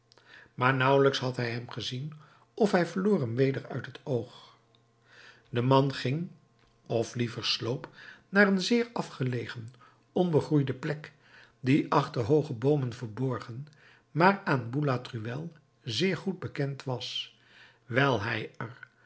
maar nauwelijks had hij hem gezien of hij verloor hem weder uit het oog de man ging of liever sloop naar een zeer afgelegen onbegroeide plek die achter hooge boomen verborgen maar aan boulatruelle zeer goed bekend was wijl hij